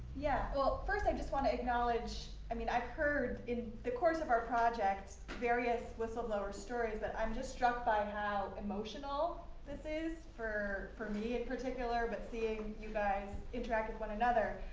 yeah, well, first i just want to acknowledge i mean, i've heard in the course of our projects various whistleblower stories that i'm just struck by how emotional this is for for me, in particular, but seeing you guys interact with one another.